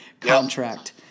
contract